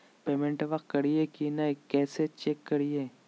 पेमेंटबा कलिए की नय, कैसे चेक करिए?